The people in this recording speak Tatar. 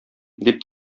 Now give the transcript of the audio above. дип